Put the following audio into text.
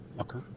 Okay